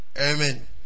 Amen